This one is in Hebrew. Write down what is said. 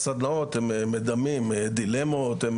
אז שוב גם שם, חלק מהסדנאות מדמות דילמות.